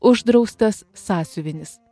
uždraustas sąsiuvinis